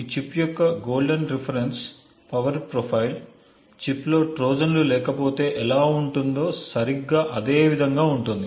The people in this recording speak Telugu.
ఈ చిప్ యొక్క గోల్డెన్ రిఫరెన్స్ పవర్ ప్రొఫైల్ చిప్లో ట్రోజన్లు లేకపోతే ఎలా ఉంటుందో సరిగ్గా అదే విధంగా ఉంటుంది